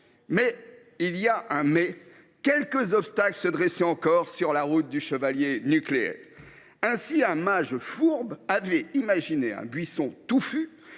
car il y a un « mais », quelques obstacles se dressaient encore sur la route du chevalier Nukleel. Ainsi, un mage fourbe avait imaginé un buisson touffu,